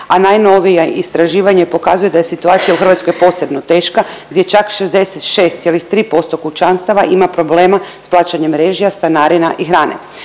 a najnovija istraživanje pokazuje da je situacija u Hrvatskoj posebno teška, gdje čak 66,3% kućanstava ima problema s plaćanjem režija, stanarina i hrane.